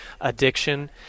addiction